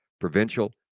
provincial